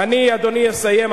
אני, אדוני, אסיים.